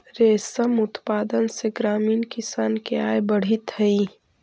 रेशम उत्पादन से ग्रामीण किसान के आय बढ़ित हइ